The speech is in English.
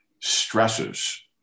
stresses